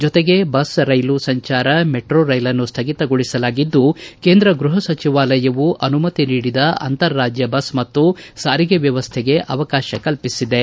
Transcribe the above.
ಜೊತೆಗೆ ಬಸ್ ರೈಲು ಸಂಚಾರ ಮೆಟ್ರೋ ರೈಲನ್ನು ಸ್ವಗಿತಗೊಳಿಸಲಾಗಿದ್ದು ಕೇಂದ್ರ ಗೃಹ ಸಚಿವಾಲಯವೂ ಅನುಮತಿ ನೀಡಿದ ಅಂತರ ರಾಜ್ಯ ಬಸ್ ಮತ್ತು ಸಾರಿಗೆ ವ್ಯವಸ್ಥೆಗೆ ಅವಕಾಶ ಕಲ್ಪಿಸಿವೆ